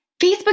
Facebook